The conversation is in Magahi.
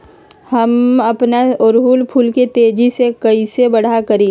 हम अपना ओरहूल फूल के तेजी से कई से बड़ा करी?